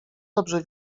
dobrze